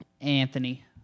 Anthony